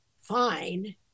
fine